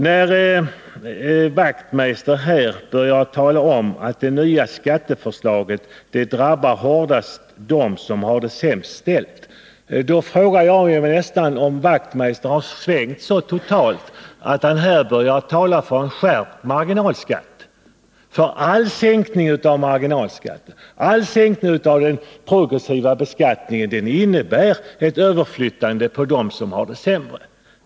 När Knut Wachtmeister säger att det nya skatteförslaget hårdast drabbar dem som har det sämst ställt, så vill jag fråga om Knut Wachtmeister svängt så totalt att han här börjar tala för en skärpt marginalskatt. All sänkning av marginalskatten och den progressiva beskattningen innebär ett överflyttande på dem som har det sämre.